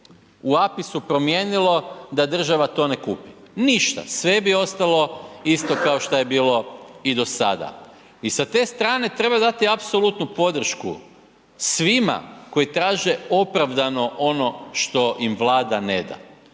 u APIS-u promijenilo da država to ne kupi, ništa. Sve bi ostalo isto kao što je bilo i do sada. I sa te strane treba dati apsolutnu podršku svima koji traže opravdano ono što im Vlada ne da